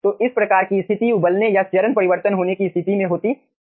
तो इस प्रकार की स्थिति उबलने या चरण परिवर्तन होने की स्थिति में होती है